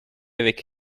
avec